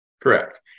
Correct